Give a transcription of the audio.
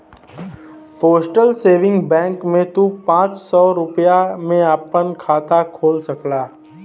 postal saving bank में तू पांच सौ रूपया में आपन खाता खोल सकला